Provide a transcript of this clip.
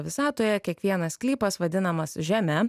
visatoje kiekvienas sklypas vadinamas žeme